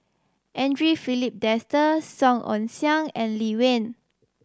Andre Filipe Desker Song Ong Siang and Lee Wen